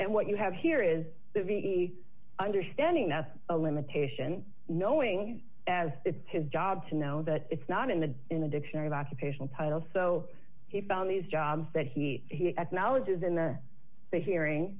and what you have here is the v understanding that's a limitation knowing as it's his job to know that it's not in the in the dictionary of occupational title so he found these jobs that he he acknowledges in the hearing